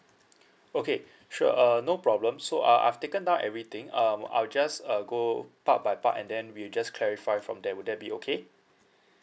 okay sure uh no problem so uh I've taken down everything um I'll just uh go part by part and then we'll just clarify from there would that be okay